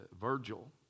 Virgil